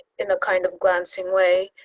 in the kind of glancing way,